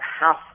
half